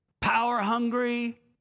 power-hungry